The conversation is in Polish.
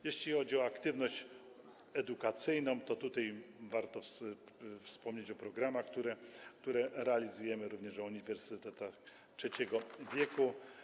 Jeśli chodzi o aktywność edukacyjną, to tutaj warto wspomnieć o programach, które realizujemy, również o uniwersytetach trzeciego wieku.